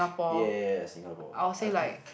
ya ya ya Singapore I think